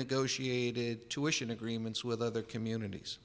negotiated tuition agreements with other communities